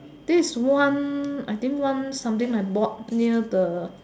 this one I think one something near the